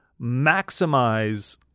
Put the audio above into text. maximize